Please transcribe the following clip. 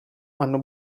hanno